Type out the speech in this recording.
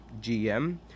GM